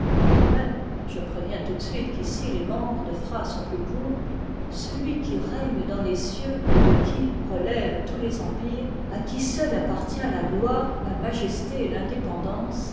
de même je préviens tout de suite qu'ici les membres de phrases sont plus courts celui qui règne dans les cieux et de qui relèvent tous les empires à qui seul appartient la gloire la majesté et l'indépendance